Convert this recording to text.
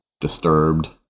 Disturbed